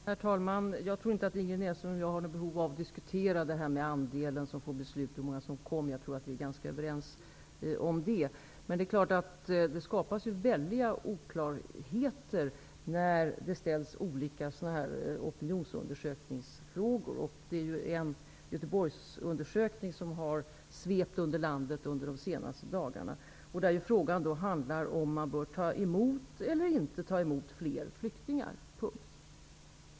Herr talman! Jag tror inte att Ingrid Näslund och jag har något behov av att diskutera andelen som blir föremål för beslut och hur många som kom. Jag tror att vi är ganska överens om detta. Det skapas stora oklarheter när olika opinionsundersökningsfrågor ställs. Under de senaste dagarna är det en undersökning från Göteborg som har svept över landet. Frågan handlar om huruvida man bör ta emot eller inte ta emot fler flyktingar.